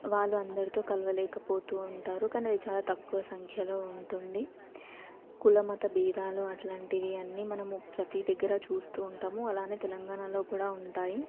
వాళ్ళు అందరితో కలవలేకపోతూ ఉంటారు కానీ అది చాలా తక్కువ సంఖ్యలో ఉంటుంది కుల మత భేదాలు అలాంటివి అన్నీ మనము ప్రతీ దగ్గర చూస్తూ ఉంటాము అలానే తెలంగాణలో కూడా ఉంటాయి